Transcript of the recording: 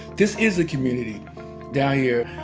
this is a community down here.